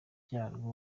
byarwo